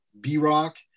B-Rock